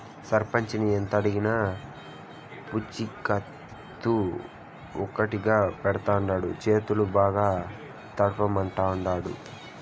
సర్పంచిని ఎంతడిగినా పూచికత్తు ఒట్టిగా పెట్టడంట, చేతులు బాగా తడపమంటాండాడు